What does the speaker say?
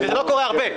זה לא קורה הרבה.